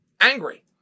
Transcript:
angry